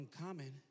uncommon